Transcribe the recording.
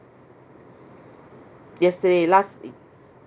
yesterday last